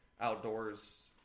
outdoors